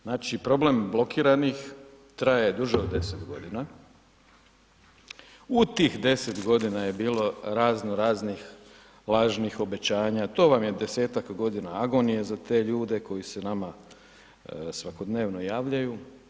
Znači problem blokiranih traje duže od 10 g., u tih 10 g. je bilo raznoraznih lažnih obećanja, to vam je 10-ak godina agonije za te ljude koji se nama svakodnevno javljaju.